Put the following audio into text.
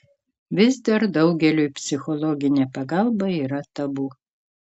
vis dar daugeliui psichologinė pagalba yra tabu